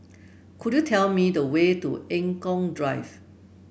could you tell me the way to Eng Kong Drive